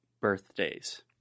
birthdays